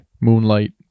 Moonlight